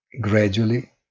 gradually